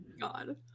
God